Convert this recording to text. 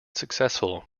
successful